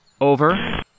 Over